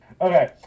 Okay